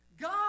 God